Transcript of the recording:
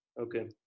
okay